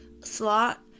slot